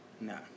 No